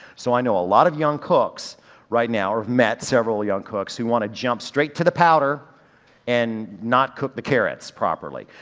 so i know a lot of young cooks right now, i've met several young cooks who want to jump straight to the powder and not cook the carrots properly.